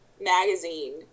magazine